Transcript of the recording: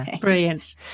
Brilliant